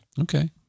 Okay